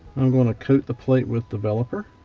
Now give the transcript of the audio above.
i'm going to coat the plate with developer.